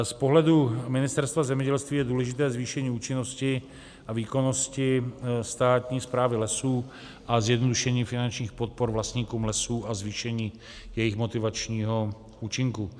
Z pohledu Ministerstva zemědělství je důležité zvýšení účinnosti a výkonnosti státní správy lesů a zjednodušení finančních podpor vlastníkům lesů a zvýšení jejich motivačního účinku.